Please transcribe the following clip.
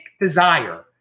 desire